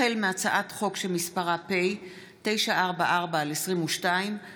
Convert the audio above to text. החל בהצעת חוק שמספרה פ/944/22 וכלה בהצעת